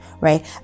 right